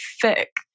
thick